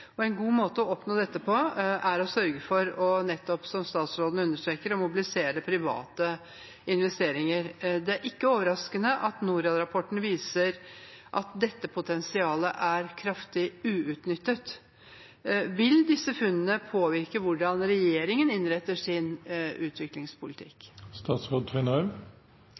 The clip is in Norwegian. En god måte å oppnå dette på er å sørge for – som statsråden nettopp understreker – å mobilisere private investeringer. Det er ikke overraskende at Norad-rapporten viser at dette potensialet er kraftig uutnyttet. Vil disse funnene påvirke hvordan regjeringen innretter sin